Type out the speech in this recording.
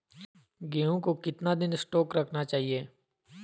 गेंहू को कितना दिन स्टोक रखना चाइए?